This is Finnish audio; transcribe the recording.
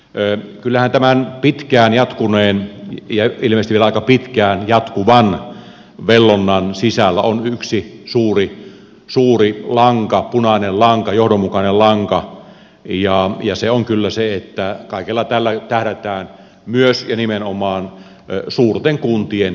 kyllähän tämän pitkään jatkuneen ja ilmeisesti vielä aika pitkään jatkuvan vellonnan sisällä on yksi suuri punainen lanka johdonmukainen lanka ja se on kyllä se että kaikella tällä tähdätään myös ja nimenomaan suurten kuntien suomeen